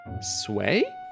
Sway